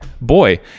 boy